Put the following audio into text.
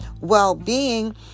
well-being